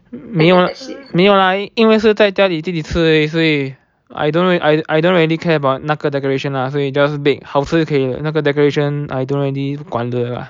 没有没有啦因为是在家里自己吃而已所以 I don't really I don't really care about 那个 decoration lah 所以 just bake 好吃的就可以了那个 decoration I don't really 管的 lah